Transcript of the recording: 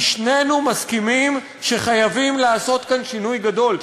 כי שנינו מסכימים שחייבים לעשות כאן שינוי גדול,